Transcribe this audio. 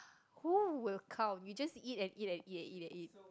who will count you just eat and eat and eat and eat